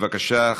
בבקשה,